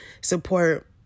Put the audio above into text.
support